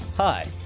Hi